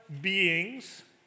beings